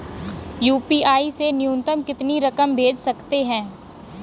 UPI से न्यूनतम कितनी रकम भेज सकते हैं?